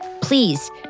Please